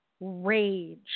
rage